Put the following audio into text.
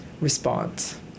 response